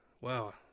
Wow